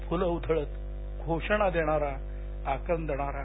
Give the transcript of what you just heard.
फुलं उधळत घोषणा देणारा आक्रंदणारा